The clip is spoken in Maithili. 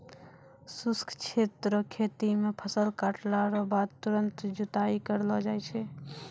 शुष्क क्षेत्र रो खेती मे फसल काटला रो बाद तुरंत जुताई करलो जाय छै